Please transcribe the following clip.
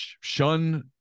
shun